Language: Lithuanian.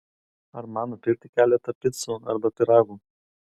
ar man nupirkti keletą picų arba pyragų